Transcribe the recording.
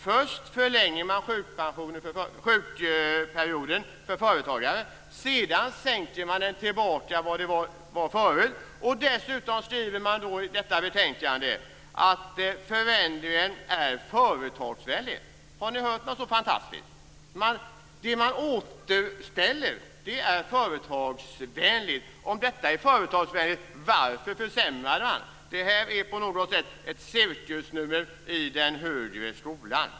Först förlänger man sjukperioden för företagare. Sedan sänker man den tillbaka till den sjukperiod som var tidigare. Dessutom skriver man i detta betänkande att förändringen är företagsvänlig. Har ni hört något så fantastiskt? Om detta är företagsvänligt, varför gör man då försämringar? Detta är på något sätt ett cirkusnummer i den högre skolan.